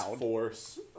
force